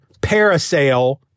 parasail